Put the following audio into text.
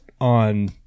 on